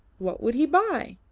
what would he buy?